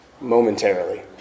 momentarily